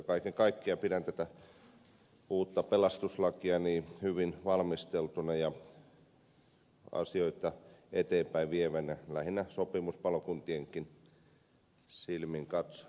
kaiken kaikkiaan pidän tätä uutta pelastuslakia hyvin valmisteltuna ja asioita eteenpäin vievänä lähinnä sopimuspalokuntienkin silmin katsoen